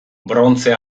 brontze